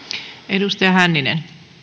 arvoisa puhemies